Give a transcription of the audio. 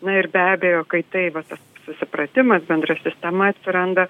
na ir be abejo kai tai va tas susipratimas bendra sistema atsiranda